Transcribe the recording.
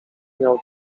miał